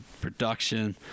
production